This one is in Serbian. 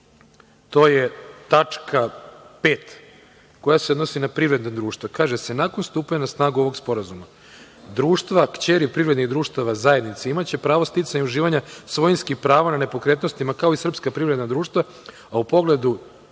53. tačka 5. koja se odnosi na privredna društva, kaže se – nakon stupanja na snagu ovog Sporazuma društva, kćeri privrednih društava zajednice imaće pravo sticanja i uživanja svojinskih prava na nepokretnostima kao i srpska privredna društva, a u pogledu